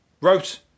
wrote